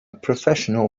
professional